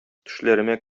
төшләремә